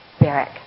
Barak